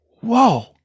whoa